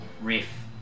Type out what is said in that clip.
riff